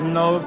no